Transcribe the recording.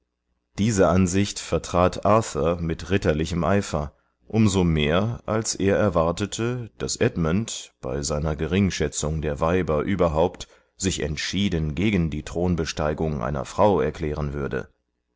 diese ansicht vertrat arthur mit ritterlichem eifer um so mehr als er erwartete daß edmund bei seiner geringschätzung der weiber überhaupt sich entschieden gegen die thronbesteigung einer frau erklären würde